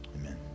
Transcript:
Amen